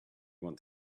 want